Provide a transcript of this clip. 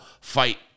fight